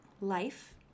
life